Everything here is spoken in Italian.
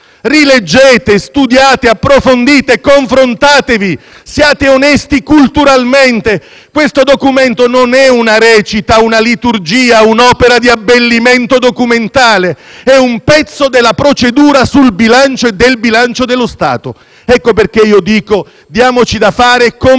rileggete, studiate, approfondite, confrontatevi, siate onesti culturalmente. Questo documento non è una recita, una liturgia, un'opera di abbellimento documentale; è un pezzo della procedura sul bilancio e del bilancio dello Stato. Per questo io dico di darci da fare con